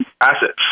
Assets